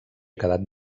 quedat